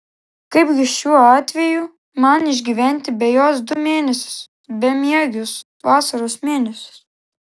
kaipgi šiuo atveju man išgyventi be jos du mėnesius bemiegius vasaros mėnesius